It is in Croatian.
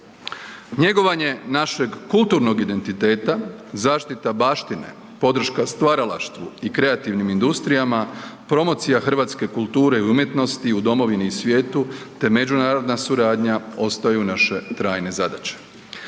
Njegovanje našeg kulturnog identiteta, zaštita baštine, podrška stvaralaštvu i kreativnim industrijama, promocija hrvatske kulture i umjetnosti u domovini i svijetu te međunarodna suradnja ostaju naše trajne zadaće.